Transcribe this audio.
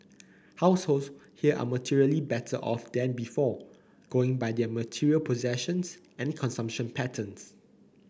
households here are materially better off than before going by their material possessions and consumption patterns